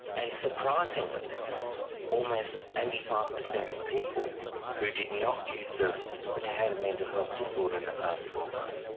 and surprisingly almost eighty five percent of people who did not use services but had a mental health disorder in the past twelve months,